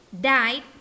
died